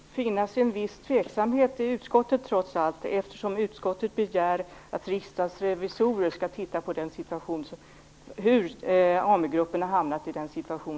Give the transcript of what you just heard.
Fru talman! Det tycks finnas en viss tveksamhet i utskottet trots allt, eftersom utskottet begär att Riksdagens revisorer skall undersöka hur Amu-gruppen har hamnat i nuvarande situation.